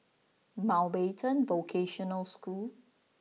Mountbatten Vocational School